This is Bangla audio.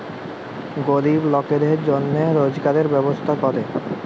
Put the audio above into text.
গরিব লকদের জনহে রজগারের ব্যবস্থা ক্যরে